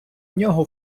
нього